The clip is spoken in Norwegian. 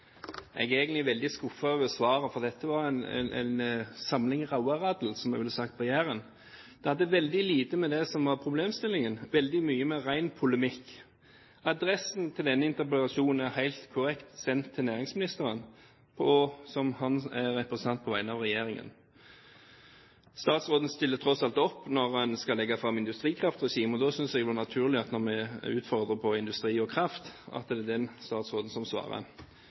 Jeg er egentlig veldig skuffet over svaret, for dette var en samling «rauaraddel», som vi ville sagt på Jæren. Det hadde veldig lite å gjøre med det som var problemstillingen, veldig mye ren polemikk. Denne interpellasjonen er helt korrekt adressert til næringsministeren, som representant for regjeringen. Statsråden stiller tross alt opp når en skal legge fram industrikraftregimet. Da synes jeg det er naturlig, når vi utfordrer på industri og kraft, at den statsråden svarer. Statsråden må også stå ansvarlig for den helheten av politikk som